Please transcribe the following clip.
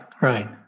right